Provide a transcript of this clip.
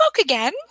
again